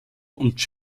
und